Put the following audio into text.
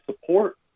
support